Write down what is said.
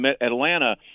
Atlanta –